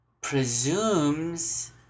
presumes